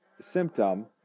symptom